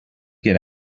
get